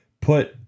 put